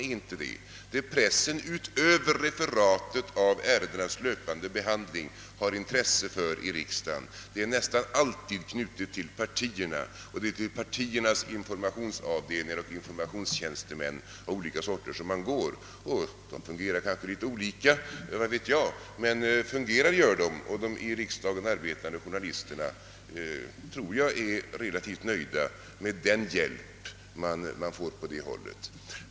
Det som pressen har intresse av från riksdagen utöver referat av ärendenas löpande behandling är nästan alltid knutet till partierna, och det är till partiernas <informationsavdelningar och tjänstemännen där som man vänder sig. De i riksdagen arbetande journalisterna tror jag också är relativt nöjda med den hjälp de får från det hållet.